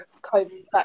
COVID